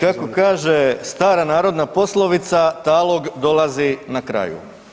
Kako kaže stara narodna poslovica „talog dolazi na kraju“